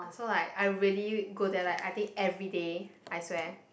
so like I really go there like I think everyday I swear